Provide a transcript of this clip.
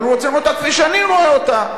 אני רוצה לראות אותה כפי שאני רואה אותה.